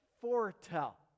foretell